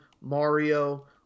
Mario